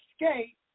escape